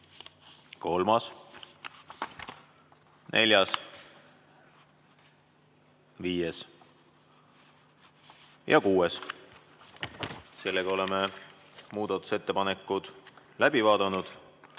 kolmas, neljas, viies ja kuues. Oleme muudatusettepanekud läbi vaadanud.